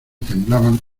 temblaban